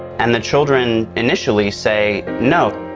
and the children initially say, no.